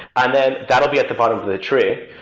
and then that will be at the bottom of the tree.